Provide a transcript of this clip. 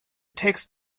text